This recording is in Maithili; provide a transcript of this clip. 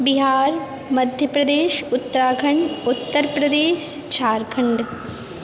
बिहार मध्यप्रदेश उत्तराखण्ड उत्तरप्रदेश झारखण्ड